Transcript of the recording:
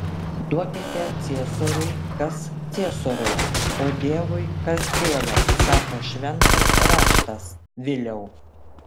duokite ciesoriui kas ciesoriaus o dievui kas dievo sako šventas raštas viliau